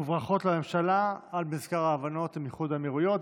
וברכות לממשלה על מזכר ההבנות עם איחוד האמירויות.